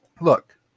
Look